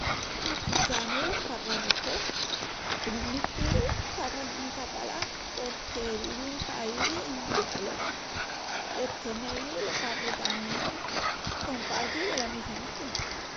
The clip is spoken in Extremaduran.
El castillanu lo palremus tos. Los mis tíus palran en catalán porque vivin paí en Barcelona. L'estremeñu lo parlu tamién con parti la mi familia.